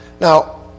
Now